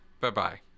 Bye-bye